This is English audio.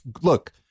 look